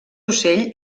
ocell